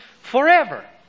forever